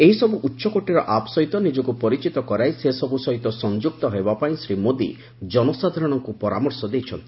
ଏହିସବୁ ଉଚ୍ଚକୋଟୀର ଆପ୍ ସହିତ ନିଜକୁ ପରିଚିତ କରାଇ ସେସବୁ ସହିତ ସଂଯୁକ୍ତ ହେବାପାଇଁ ଶ୍ରୀ ମୋଦି ଜନସାଧାରଣଙ୍କୁ ପରାମର୍ଶ ଦେଇଛନ୍ତି